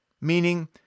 Meaning